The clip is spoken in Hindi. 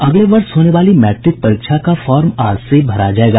अगले वर्ष होने वाली मैट्रिक परीक्षा का फार्म आज से भरा जायेगा